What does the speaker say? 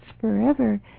forever